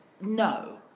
no